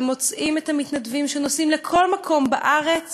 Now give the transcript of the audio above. מוצאים את המתנדבים שנוסעים לכל מקום בארץ